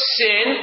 sin